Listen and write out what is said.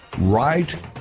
Right